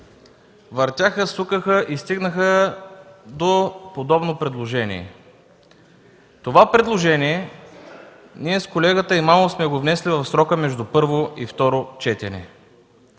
въртяха, сукаха и стигнаха до подобно предложение. Това предложение с колегата Имамов сме внесли в срока между първо и второ четене.